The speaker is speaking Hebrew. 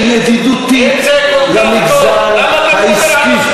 אלא גם חברה שהיא ידידותית למגזר העסקי,